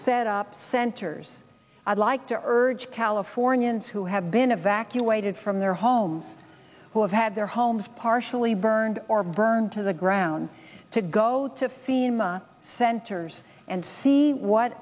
set up centers i'd like to urge californians who have been evacuated from their homes who have had their homes partially burned or burned to the ground to go to fema centers and see what